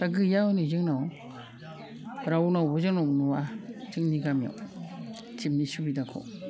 दा गैया हनै जोंनाव रावानावबो जोंनाव नुवा जोंनि गामियाव टेपनि सुबिदाखौ